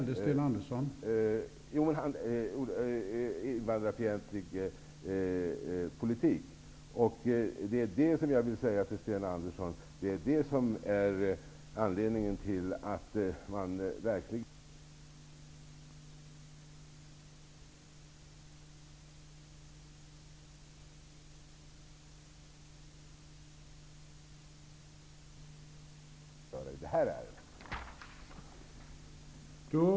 Herr talman! Det var detta jag ville säga till Sten Andersson i Malmö. Det finns verkligen anledning att vara extra observant när ett så pass flykting och invandrarfientligt parti inte har någon reservation i detta ärende.